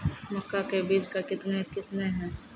मक्का के बीज का कितने किसमें हैं?